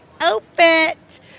outfit